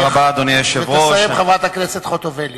תסיים, חברת הכנסת חוטובלי.